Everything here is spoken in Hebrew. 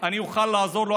אני אוכל לעזור לו,